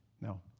No